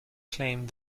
claimed